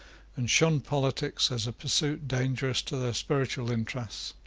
and shunned politics as a pursuit dangerous to their spiritual interests,